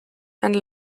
and